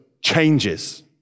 changes